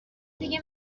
دیگه